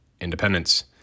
independence